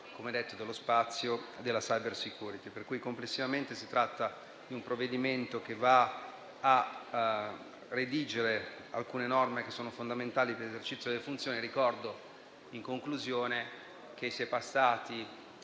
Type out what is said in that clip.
ai settori dello spazio e della *cybersecurity*). Complessivamente si tratta di un provvedimento che va a redigere alcune norme che sono fondamentali per l'esercizio delle funzioni. Ricordo, in conclusione, che si è passati